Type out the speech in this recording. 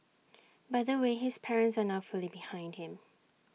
by the way his parents are now fully behind him